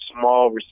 small